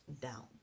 down